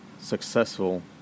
successful